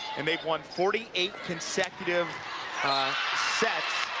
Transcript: and they won forty eight consecutive ah sets.